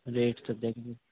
rate सद्द्याक